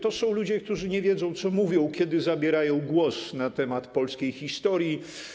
To są ludzie, którzy nie wiedzą, co mówią, kiedy zabierają głos na temat polskiej historii.